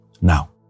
Now